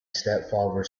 stepfather